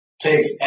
takes